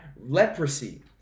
leprosy